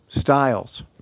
styles